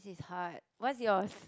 this is hard what's yours